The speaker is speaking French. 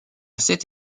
cette